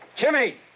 Jimmy